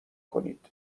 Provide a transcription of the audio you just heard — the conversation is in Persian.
کنید